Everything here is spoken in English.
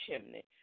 chimney